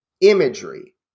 imagery